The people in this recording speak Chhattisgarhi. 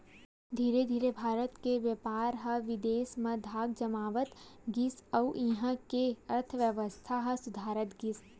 धीरे धीरे भारत के बेपार ह बिदेस म धाक जमावत गिस अउ इहां के अर्थबेवस्था ह सुधरत गिस